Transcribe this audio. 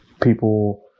people